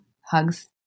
hugs